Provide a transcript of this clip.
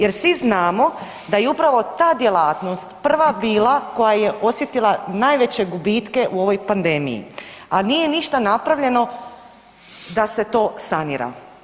Jer svi znamo da je upravo ta djelatnost prva bila koja je osjetila najveće gubitke u ovoj pandemiji, a nije ništa napravljeno da se to sanira.